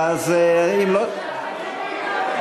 אין נמנעים.